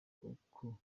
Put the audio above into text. uko